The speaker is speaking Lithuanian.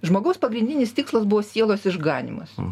žmogaus pagrindinis tikslas buvo sielos išganymas